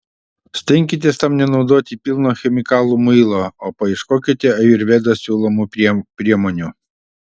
stenkitės tam nenaudoti pilno chemikalų muilo o paieškokite ajurvedos siūlomų priemonių